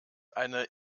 eine